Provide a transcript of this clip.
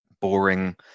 boring